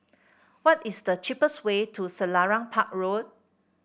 what is the cheapest way to Selarang Park Road